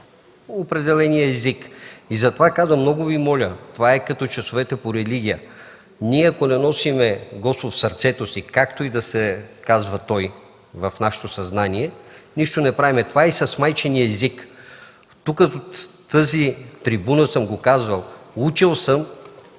определения език? Затова казвам: много Ви моля, това е като часовете по религия, ние ако не носим Господ в сърцето си, както и да се казва той в нашето съзнание, нищо не правим. Така е и с майчиния език. Казвал съм от тази трибуна – учил съм